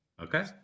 Okay